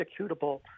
Executable